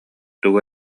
тугу